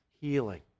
healing